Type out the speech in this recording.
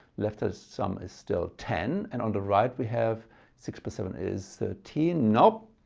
left ah sum is still ten and on the right we have six plus seven is thirteen. nope.